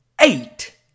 Eight